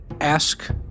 Ask